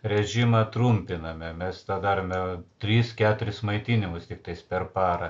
režimą trumpiname mes darome tris keturis maitinimus tiktais per parą